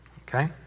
okay